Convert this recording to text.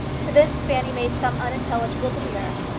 to this fanny made some unintelligible demur.